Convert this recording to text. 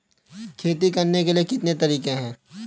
खेती करने के कितने तरीके हैं?